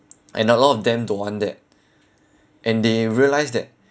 and a lot of them don't want that and they realise that